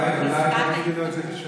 אולי תגידו את זה כשהוא,